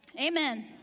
Amen